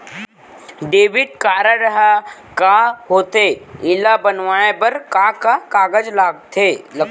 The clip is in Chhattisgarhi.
डेबिट कारड ह का होथे एला बनवाए बर का का कागज लगथे?